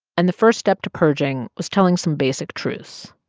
and the first step to purging was telling some basic truths.